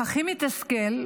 והכי מתסכל,